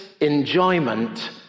enjoyment